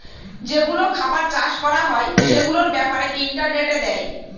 যেগুলো খাবার চাষ করা হয় সেগুলোর ব্যাপারে ইন্টারনেটে দেয়